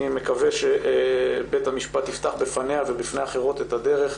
אני מקווה שבית המשפט יפתח בפניה ובפני אחרות את הדרך.